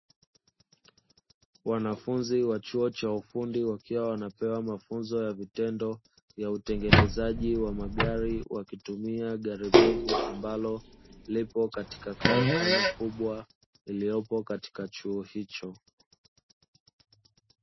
Wanafuzi wa chuo cha ufundi wakiwa wanapewa mafunzo ya vitendo ya utengenezaji wa magari wakitumia gari bovu ambalo lipo katika karakana kubwa iliopo katika chuo hicho.